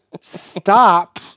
stop